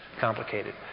complicated